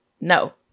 No